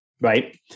right